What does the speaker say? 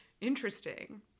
interesting